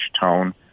tone